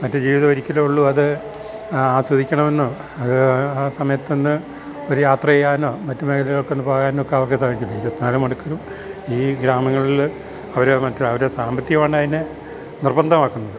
മറ്റ് ജീവിതം ഒരിക്കലെ ഉള്ളു അത് ആസ്വദിക്കണമെന്നോ അത് ആ സമയത്തന്ന് ഒരു യാത്ര ചെയ്യാനോ മറ്റു മേഖലകൾക്ക് ഒന്ന് പോകാനൊക്കെ അവർക്ക് സാധിച്ചട്ടില്ല ഇരുപത്തി നാല് മണിക്കൂറും ഈ ഗ്രാമങ്ങളിൽ അവർ മറ്റ അവരെ സാമ്പത്തികമാണ് അതിനെ നിർബന്ധമാക്കുന്നത്